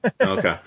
Okay